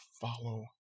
follow